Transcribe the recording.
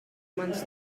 manis